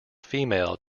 female